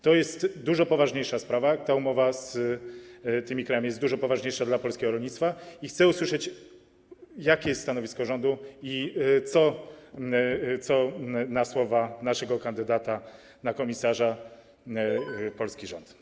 To jest dużo poważniejsza sprawa, umowa z tymi krajami jest znacznie poważniejsza dla polskiego rolnictwa, a więc chcę usłyszeć, jakie jest stanowisko rządu i co na słowa naszego kandydata na komisarza polski rząd.